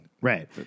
Right